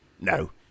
No